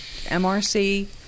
MRC